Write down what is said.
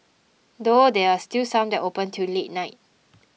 though there are still some that open till late night